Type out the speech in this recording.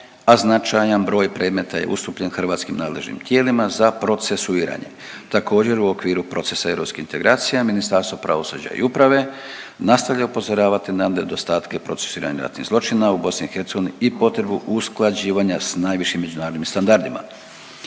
a značajan broj predmeta je ustupljen hrvatskim nadležnim tijelima za procesuiranje. Također u okviru procesa europskih integracija Ministarstvo pravosuđa i uprave nastavlja upozoravati na nedostatke procesuiranja ratnih zločina u BiH i potrebu usklađivanja s najvišim međunarodnim standardima.